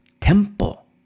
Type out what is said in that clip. temple